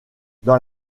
dans